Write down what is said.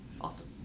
Awesome